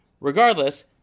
Regardless